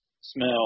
smell